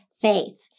faith